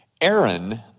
Aaron